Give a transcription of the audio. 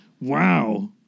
wow